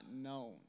known